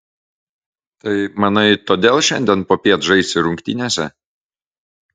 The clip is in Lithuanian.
tai manai todėl šiandien popiet žaisi rungtynėse